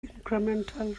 incremental